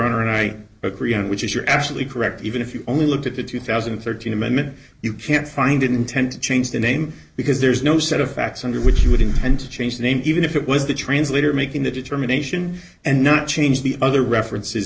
honor and i agree on which is you're absolutely correct even if you only look at the two thousand and thirteen amendment you can't find intent to change the name because there's no set of facts under which you would intend to change the name even if it was the translator making the determination and not change the other references